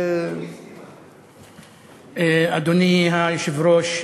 אדוני היושב-ראש,